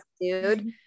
dude